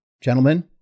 gentlemen